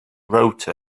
wrote